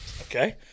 Okay